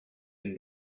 and